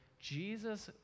Jesus